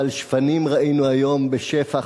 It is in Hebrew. אבל שפנים ראינו היום בשפע,